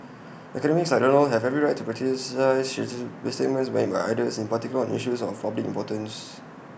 academics like Donald have every right to criticise statements made by others in particular on issues of public importance